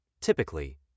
Typically